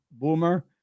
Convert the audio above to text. Boomer